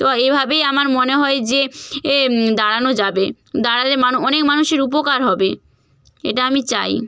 তো এভাবেই আমার মনে হয় যে দাঁড়ানো যাবে দাঁড়ালে মানু অনেক মানুষের উপকার হবে এটা আমি চাই